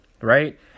right